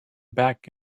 back